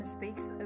Mistakes